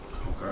Okay